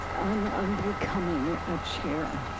and unbecoming a chair.